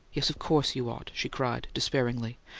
yes, of course you ought, she cried, despairingly.